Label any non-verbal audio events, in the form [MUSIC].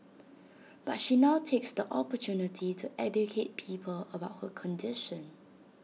[NOISE] but she now takes the opportunity to educate people about her condition